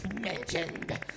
mentioned